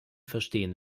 verstehen